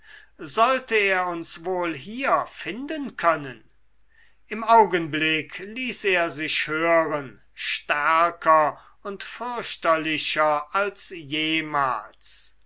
sollte er uns wohl hier finden können im augenblick ließ er sich hören stärker und fürchterlicher als jemals